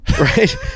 right